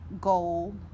goal